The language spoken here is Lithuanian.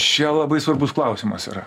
čia labai svarbus klausimas yra